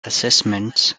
assessments